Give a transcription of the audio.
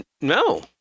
no